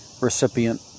recipient